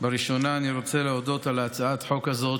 בראשונה אני רוצה להודות על הצעת החוק הזאת,